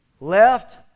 Left